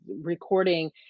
recording